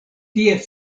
tie